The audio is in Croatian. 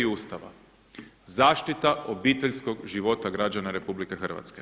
Ustava zaštita obiteljskog života građana RH.